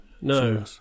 no